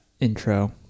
Intro